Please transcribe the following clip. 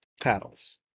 paddles